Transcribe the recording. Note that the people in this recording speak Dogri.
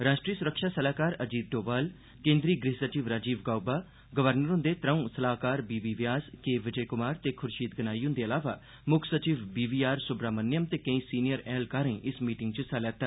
राष्ट्री सुरक्षा सलाहकार अजीत डोवाल केन्द्री गृह सचिव राजीव गाउबा गवर्नर हुंदे त्रौं सलाह्कार B B Vyas K Vijay Kumar ते खुर्शीद गनाई हुंदे अलावा मुक्ख सचिव बी वी आर सुब्रह्मण्यम ते केइएं सीनियर ऐह्लकारें इस मीटिंग च हिस्सा लैता